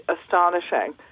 astonishing